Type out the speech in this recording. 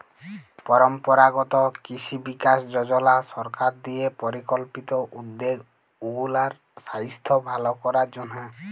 পরম্পরাগত কিসি বিকাস যজলা সরকার দিঁয়ে পরিকল্পিত উদ্যগ উগলার সাইস্থ্য ভাল করার জ্যনহে